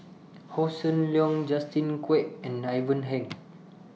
Hossan Leong Justin Quek and Ivan Heng